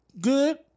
good